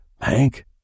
Hank